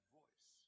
voice